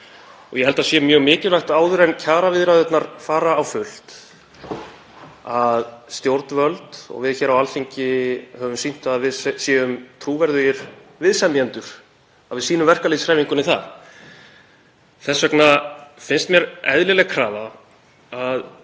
Ég held að það sé mjög mikilvægt áður en kjaraviðræðurnar fara á fullt að stjórnvöld og við hér á Alþingi sýnum að við séum trúverðugir viðsemjendur, að við sýnum verkalýðshreyfingunni það. Þess vegna finnst mér eðlileg krafa að